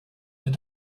that